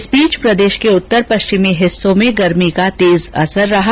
इस बीच प्रदेश के उत्तर पश्चिमी हिस्सों में गर्मी का असर तेज रहा